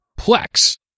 Plex